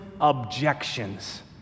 objections